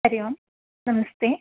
हरिः ओम् नमस्ते